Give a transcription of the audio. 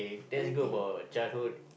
everything